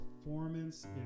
performance